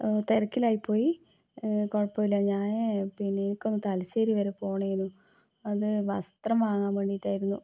തിരക്കിലായി പോയി കുഴപ്പമില്ല ഞാനേ പിന്നെ എനിക്കൊന്ന് തലശ്ശേരി വരെ പോണേനു അത് വസ്ത്രം വാങ്ങാൻ വേണ്ടിട്ടായിരുന്നു